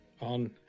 on